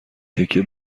تکه